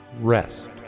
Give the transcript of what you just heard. Rest